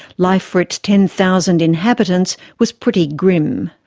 life for its ten thousand inhabitants was pretty grim.